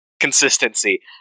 consistency